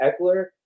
Eckler